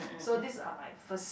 so these are my first